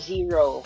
Zero